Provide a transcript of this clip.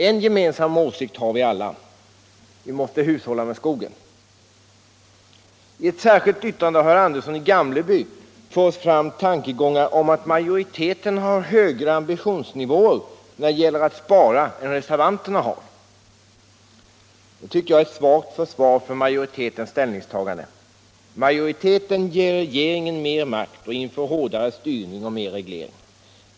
En gemensam åsikt har vi alla: Vi måste hushålla med skogen. I ett särskilt yttrande av herr Andersson i Gamleby framförs tankegångar om att majoriteten har högre ambitioner när det gäller att spara än reservanterna har. Det tycker jag är ett svagt försvar för majoritetens ställningstagande. Majoriteten ger regeringen mer makt och inför hårdare styrning och mer reglering.